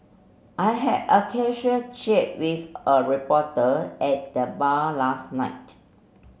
I had a casual chat with a reporter at the bar last night